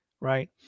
right